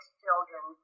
children